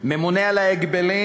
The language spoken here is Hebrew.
ממונה על ההגבלים